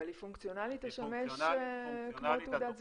אבל היא פונקציונלית תשמש כמו תעודת זהות.